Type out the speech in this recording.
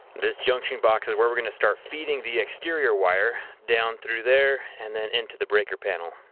this junction box is where we're going to start feeding the exterior wire down through there and then into the breaker panel.